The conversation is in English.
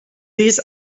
this